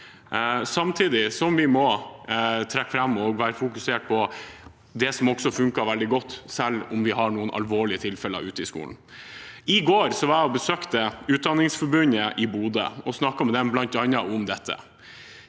Samtidig må vi trekke fram og fokusere på det som også fungerer veldig godt, selv om vi har noen alvorlige tilfeller ute i skolen. I går besøkte jeg Utdanningsforbundet i Bodø og snakket med dem om bl.a. dette.